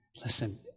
listen